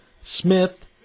Smith